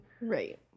right